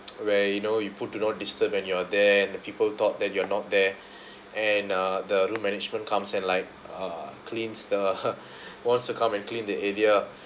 where you know you put do not disturb when you're there and the people thought that you're not there and uh the room management comes and like uh cleans the wants to come and clean the area